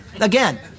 Again